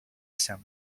isem